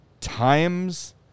times